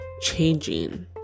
changing